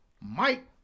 Mike